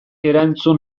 erantzun